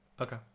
Okay